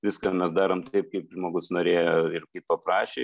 viską mes darom taip kaip žmogus norėjo ir kaip paprašė